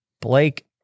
Blake